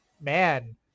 man